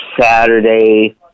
Saturday